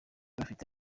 bafite